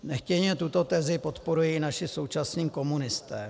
Nechtěně tuto tezi podporují i naši současní komunisté.